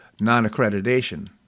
non-accreditation